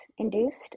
Induced